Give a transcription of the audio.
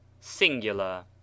singular